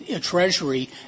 Treasury